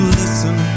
listen